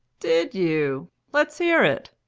did you? let's hear it.